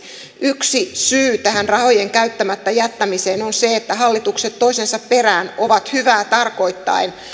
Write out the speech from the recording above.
yksi syy tähän rahojen käyttämättä jättämiseen on se että hallitukset toisensa perään ovat hyvää tarkoittaen